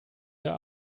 der